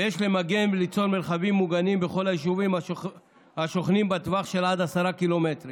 ויש למגן וליצור מרחבים מוגנים בכל היישובים השוכנים בטווח של עד 10 ק"מ